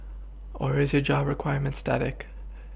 or is your job requirement static